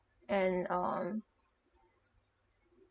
and um